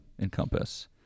encompass